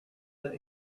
that